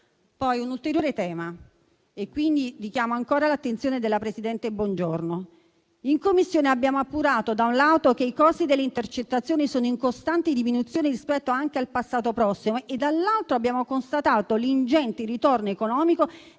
C'è un ulteriore tema sul quale richiamo ancora l'attenzione della presidente Bongiorno. In Commissione abbiamo appurato da un lato che i costi delle intercettazioni sono in costante diminuzione rispetto anche al passato prossimo e dall'altro abbiamo constatato l'ingente ritorno economico